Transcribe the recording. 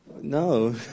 No